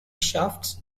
shafts